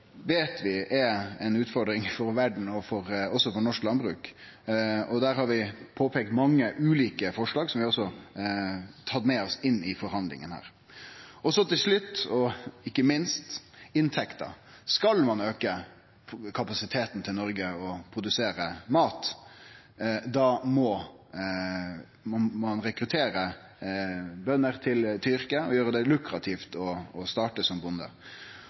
veit vi er ei utfordring for verda og for norsk landbruk, og her har vi peika på mange ulike forslag, som vi også har tatt med oss inn i forhandlingane. Til slutt, og ikkje minst, inntekter: Skal ein auke Noregs kapasitet til å produsere mat, må ein rekruttere bønder til yrket og gjere det lukrativt å starte som bonde.